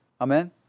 amen